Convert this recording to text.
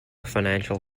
financial